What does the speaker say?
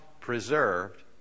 preserved